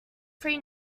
three